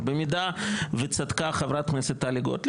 אבל במידה וצדקה חברת הכנסת גוטליב,